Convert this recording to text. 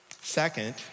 Second